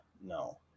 no